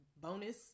bonus